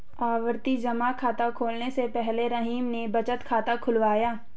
आवर्ती जमा खाता खुलवाने से पहले रहीम ने बचत खाता खुलवाया